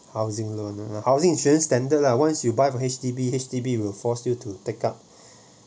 housing loan and housing insurance standard lah once you buy for H_D_B H_D_B will force you to take up